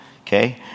okay